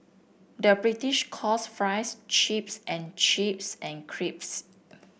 the British calls fries chips and chips and crisps